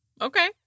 Okay